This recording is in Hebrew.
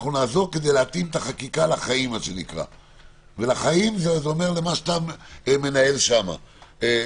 נעזור כדי להתאים את החקיקה לחיים כלומר מה שאתה מנהל אצלכם.